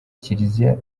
kiliziya